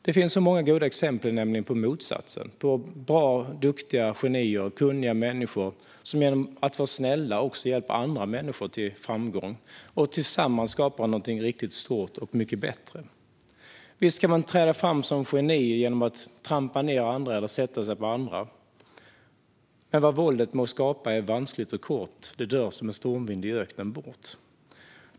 Det finns nämligen många goda exempel på motsatsen: bra och duktiga genier och kunniga människor som genom att vara snälla också hjälper andra människor till framgång och tillsammans med dem skapar något stort och mycket bättre. Visst kan man träda fram som geni genom att trampa ned andra eller sätta sig på andra. Men vad våldet må skapa är vanskligt och kort. Det dör som en stormvind i öknen bort.